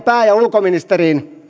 ulkoministeri